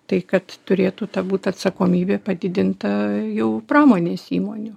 tai kad turėtų būt atsakomybė padidinta jau pramonės įmonių